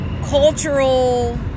Cultural